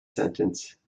sentence